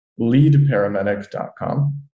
leadparamedic.com